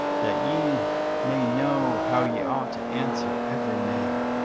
that ye may know how ye ought to answer every man.